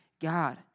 God